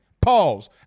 Pause